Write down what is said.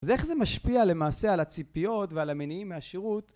אז איך זה משפיע למעשה על הציפיות ועל המניעים מהשירות?